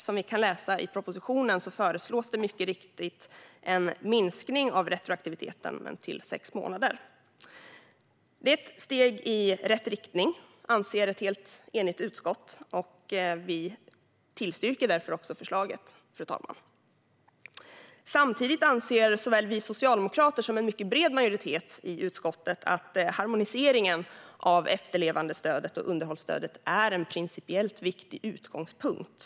Som vi kan läsa i propositionen föreslås det mycket riktigt att retroaktiviteten minskas till sex månader. Ett enigt utskott anser att detta är ett steg i rätt riktning och tillstyrker därför förslaget. Samtidigt anser vi socialdemokrater och en mycket bred majoritet i utskottet att harmoniseringen av efterlevandestödet och underhållsstödet är en principiellt viktig utgångspunkt.